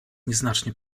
nieznacznie